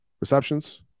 receptions